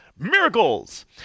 Miracles